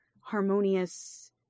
harmonious